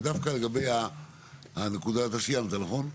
אתה סיימת, נכון?